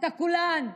אתה כולן.